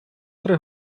три